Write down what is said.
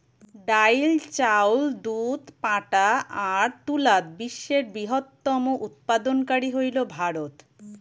ডাইল, চাউল, দুধ, পাটা আর তুলাত বিশ্বের বৃহত্তম উৎপাদনকারী হইল ভারত